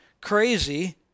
crazy